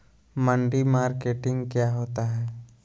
मंडी मार्केटिंग क्या होता है?